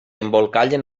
embolcallen